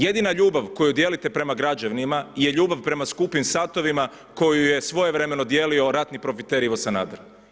Jedina ljubav koju dijelite prema građanima je ljubav prema skupim satovima koju je svojevremeno dijelio ratni profiter Ivo Sanader.